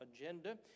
agenda